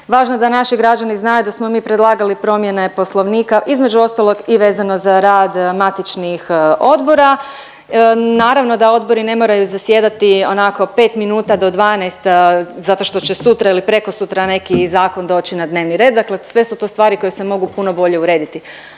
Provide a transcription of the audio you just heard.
važno je da naši građani znaju da smo mi predlagali promjene Poslovnika, između ostalog i vezano za rad matičnih odbora. Naravno da odbori ne moraju zasjedati onako 5 minuta do 12 zato što će sutra ili prekosutra neki zakon doći na dnevni red, dakle sve su to stvari koje se mogu puno bolje urediti.